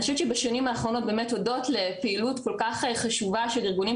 אני חושבת שבשנים האחרונות באמת הודות לפעילות כל כך חשובה של ארגונים,